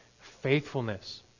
faithfulness